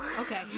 Okay